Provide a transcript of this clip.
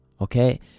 okay